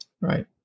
Right